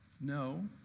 no